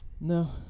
no